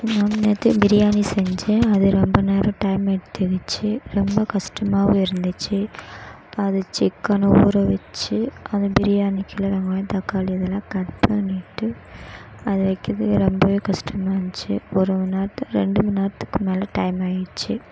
நான் நேற்று பிரியாணி செஞ்சேன் அது ரொம்ப நேரம் டைம் எடுத்துருந்துச்சு ரொம்ப கஷ்டமாவும் இருந்துச்சு அது சிக்கனை ஊற வச்சு அதை பிரியாணிக்குள்ள வெங்காயம் தக்காளி இதெல்லாம் கட் பண்ணிகிட்டு அது வைக்கிறது ரொம்பவே கஷ்டமா இருந்துச்சு ஒரு மணி நேரத்தை ரெண்டு மணி நேரத்துக்கு மேலே டைம் ஆயிடுச்சு